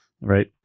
Right